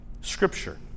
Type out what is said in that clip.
scripture